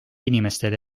inimestele